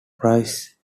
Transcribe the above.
prize